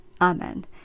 Amen